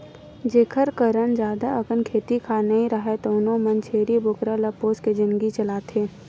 जेखर करन जादा अकन खेत खार नइ राहय तउनो मन छेरी बोकरा ल पोसके जिनगी ल चलाथे